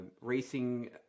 racing